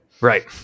Right